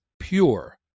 pure